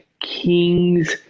king's